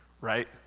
right